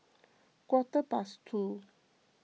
quarter past two